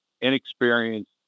inexperienced